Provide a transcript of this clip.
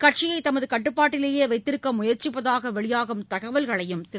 கட்சியை தமது கட்டுப்பாட்டிலேயே வைத்திருக்க முயற்சிப்பதாக வெளியாகும் தகவல்களையும் திரு